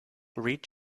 read